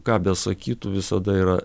ką besakytų visada yra